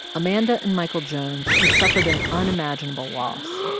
amanda and michael jones had suffered an unimaginable loss.